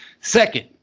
Second